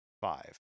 five